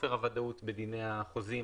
חוסר הוודאות בדיני החוזים,